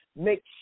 make